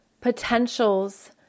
potentials